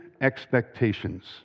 expectations